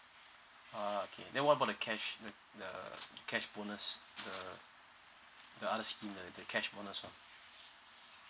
ah okay then what about the cash the the cash bonus the the other scheme the cash bonus lah